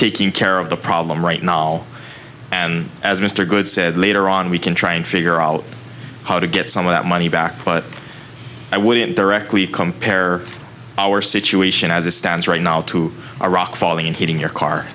taking care of the problem right now and as mr good's said later on we can try and figure out how to get some of that money back but i wouldn't directly compare our situation as it stands right now to a rock falling and hitting your car